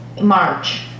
March